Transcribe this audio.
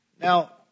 Now